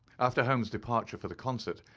after holmes' departure for the concert,